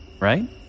right